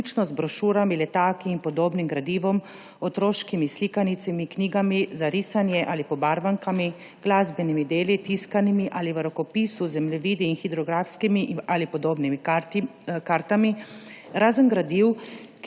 vključno z brošurami, letaki in podobnim gradivom, otroškimi slikanicami, knjigami za risanje ali pobarvankami, glasbenimi deli, tiskanimi ali v rokopisu, zemljevidi in hidrografskimi ali podobnimi kartami, razen gradiv,